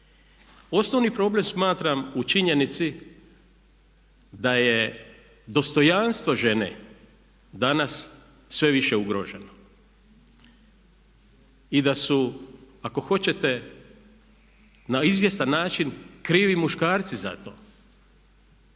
Osnovni problem smatram u činjenici da je dostojanstvo žene danas sve više ugroženo i da su ako hoćete na izvjestan način krivi muškarci za to.